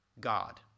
God